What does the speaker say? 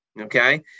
okay